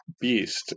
beast